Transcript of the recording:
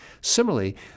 Similarly